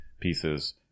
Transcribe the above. pieces